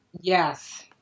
Yes